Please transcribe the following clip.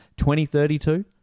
2032